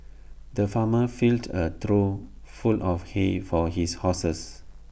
the farmer filled A trough full of hay for his horses